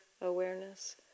awareness